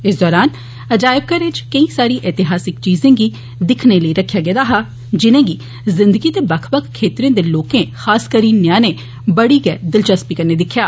इस दरान अयाजवघरें च केईं सारी ऐतिहासक चीजें गी दिक्खने लेई रक्खेआ गेआ हा जिनेंगी जिंदगी दे बक्ख बक्ख क्षेत्रे दे लोकें खास करी न्याणें बड़ी दिलचस्पी कन्नै दिक्खेआ